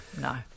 no